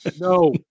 No